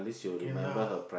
can lah